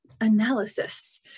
analysis